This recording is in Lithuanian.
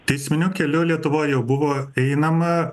teisminiu keliu lietuvoj jau buvo einama